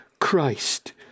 Christ